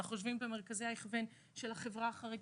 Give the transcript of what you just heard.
אנחנו יושבים במרכזי ההכוון של החברה החרדית.